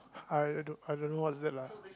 I I don't know what is that lah